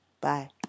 Bye